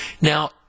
Now